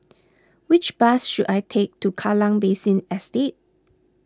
which bus should I take to Kallang Basin Estate